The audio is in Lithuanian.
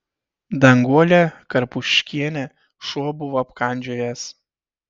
danguolę karpuškienę šuo buvo apkandžiojęs